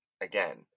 again